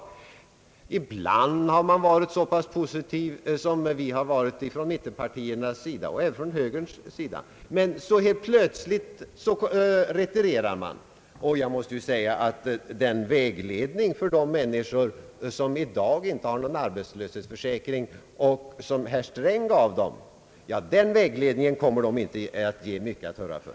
Ibland har man varit så pass positiv, som vi har varit från mittenpartiernas och även från högerns sida. Men helt plötsligt retirerar man. Och den vägledning som herr Sträng gav de människor, vilka i dag inte har någon arbetslöshetsförsäkring, är inte mycket att hurra för.